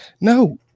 No